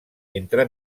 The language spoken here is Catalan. entre